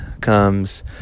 comes